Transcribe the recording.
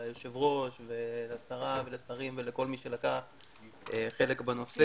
ליושב ראש ולשרה ולשרים ולכל מי שלקח חלק בנושא.